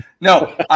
no